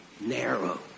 Narrow